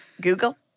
Google